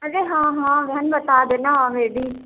اجے ہاں ہاں بہن بتا دینا